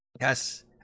yes